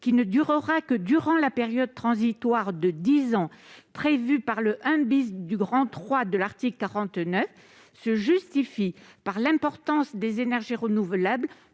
qui ne durera que durant la période transitoire de dix ans prévue par le 1° du III de l'article 49, est légitime au vu de l'importance des énergies renouvelables